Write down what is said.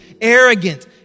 arrogant